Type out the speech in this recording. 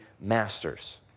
masters